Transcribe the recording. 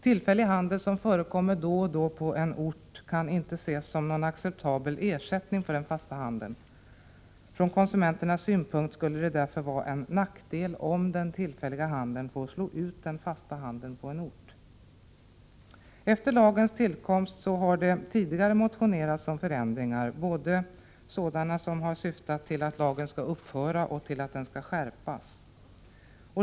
Tillfällig handel som förekommer då och då på en ort kan inte ses som en acceptabel ersättning för den fasta handeln. Från konsumenternas synpunkt skulle det därför vara en nackdel om den tillfälliga handeln får slå ut den fasta handeln på en ort. Efter lagens tillkomst har det tidigare motionerats om förändringar. Det har varit både förslag om att lagen skall upphöra och förslag om att den skall skärpas.